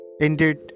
Indeed